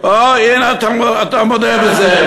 אף אחד לא, או, הנה, אתה מודה בזה.